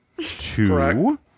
two